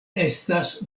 estas